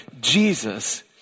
Jesus